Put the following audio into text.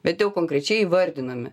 bet jau konkrečiai įvardinami